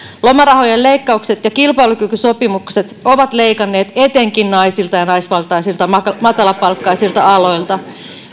lomarahojen leikkaukset ja kilpailukykysopimukset ovat leikanneet etenkin naisilta ja naisvaltaisilta matalapalkkaisilta aloilta